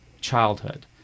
childhood